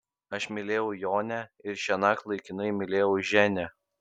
aš mylėjau jonę ir šiąnakt laikinai mylėjau ženią